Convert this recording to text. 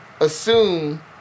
assume